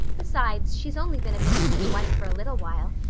besides, she's only been a minister's wife for a little while,